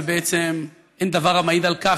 ובעצם אין דבר המעיד על כך,